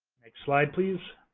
next slide, please.